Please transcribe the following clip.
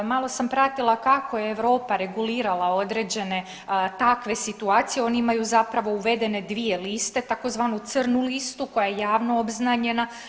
Malo sam pratila kako je Europa regulirala određene takve situacije, oni imaju zapravo uvedene dvije liste tzv. crnu listu koja je javno obznanjena.